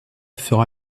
fera